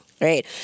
Right